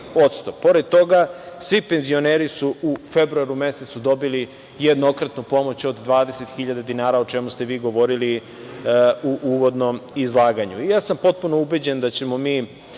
Pored toga, svi penzioneri su u februaru mesecu dobili jednokratnu pomoć od 20.000 dinara, o čemu ste vi govorili u uvodnom izlaganju.I ja sam potpuno ubeđen da ćemo mi